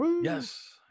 yes